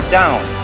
down